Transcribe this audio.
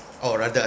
or rather